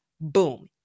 Boom